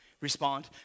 respond